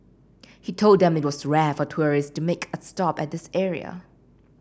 he told them that it was rare for tourist to make a stop at this area